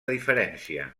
diferència